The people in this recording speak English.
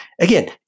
again